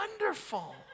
wonderful